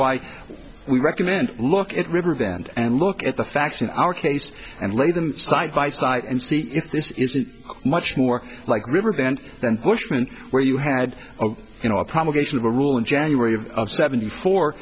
why we recommend look at riverbend and look at the facts in our case and lay them side by side and see if this is a much more like riverbend than bushman where you had you know a promulgated a rule in january of seventy four